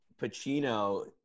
pacino